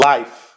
Life